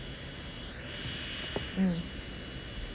mm